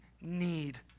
need